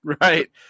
right